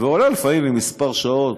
ועולה לפעמים לכמה שעות,